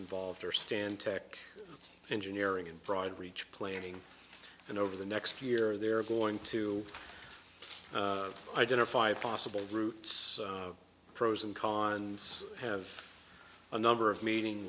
involved are stan tech engineering and broad reach planning and over the next year they're going to identify possible routes pros and cons have a number of meeting